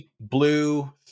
blue